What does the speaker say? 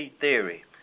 theory